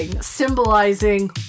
symbolizing